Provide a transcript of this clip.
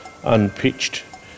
unpitched